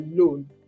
alone